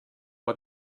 but